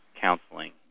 counseling